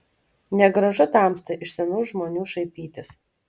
negražu tamsta iš senų žmonių šaipytis